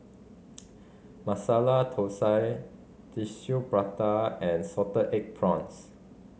Masala Thosai Tissue Prata and salted egg prawns